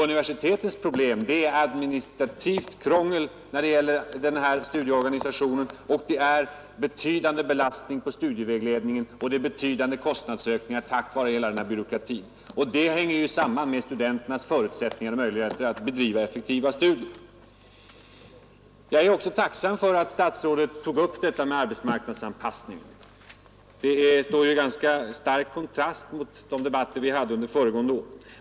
Universitetens problem ligger i administrativt krångel när det gäller studieorganisationen, en betydande belastning på studievägledningen och betydande kostnadsökningar på grund av hela denna byråkrati. Detta påverkar starkt studenternas förutsättningar och möjligheter att bedriva effektiva studier. Jag är tacksam för att statsrådet tog upp frågan om arbetsmarknadsanpassningen. Vad herr Moberg sade står i stark kontrast mot vad herr Moberg yttrade vid de debatter vi hade under föregående år.